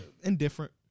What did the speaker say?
Indifferent